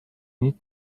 need